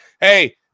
Hey